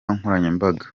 nkoranyambaga